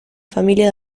familia